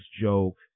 joke